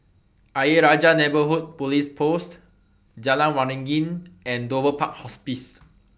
Ayer Rajah Neighbourhood Police Post Jalan Waringin and Dover Park Hospice